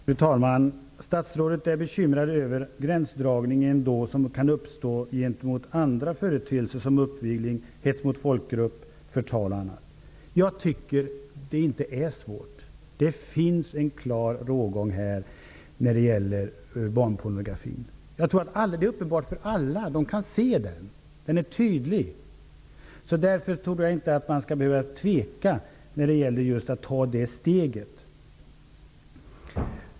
Fru talman! Statsrådet är bekymrad över de problem som kan uppstå vid gränsdragningen när det gäller andra företeelser som uppvigling, hets mot folkgrupp, förtal och annat. Jag tycker inte att det är svårt. Det finns en klar rågång när det gäller barnpornografin. Jag tror att det är uppenbart för alla. Man kan se den. Den är tydlig. Därför tror jag inte att man skall behöva tveka att ta det här steget.